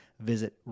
visit